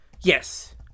Yes